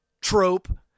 trope